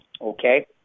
Okay